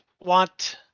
want